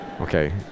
okay